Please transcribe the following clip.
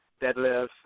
deadlifts